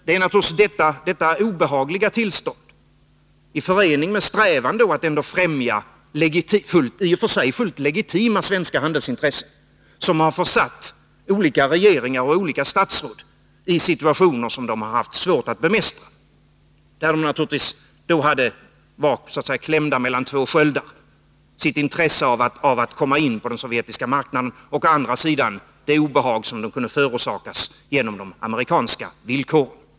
Det är naturligtvis detta obehagliga tillstånd i förening med strävan att ändå främja i och för sig fullt legitima svenska handelsintressen som har försatt olika regeringar och olika statsråd i situationer som de haft svårt att bemästra. De har naturligtvis varit klämda mellan två sköldar, det vill säga å ena sidan sitt intresse av att komma in på den sovjetiska marknaden och å andra sidan ett obehag som kunde förorsakas genom de amerikanska villkoren.